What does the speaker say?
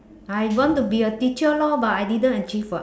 I want to be a teacher lor but I didn't achieve [what]